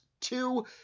two